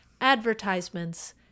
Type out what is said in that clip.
advertisements